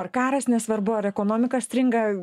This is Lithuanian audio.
ar karas nesvarbu ar ekonomika stringa